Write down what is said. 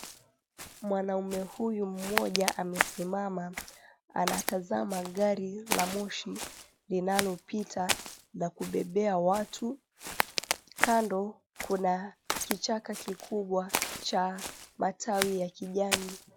Mwanaume huyu mmoja amesimama. Anatazama gari la moshi linalopita na kubebea watu. Kando kuna kichaka kikubwa cha matawi ya kijani.